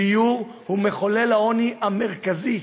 דיור הוא מחולל העוני המרכזי,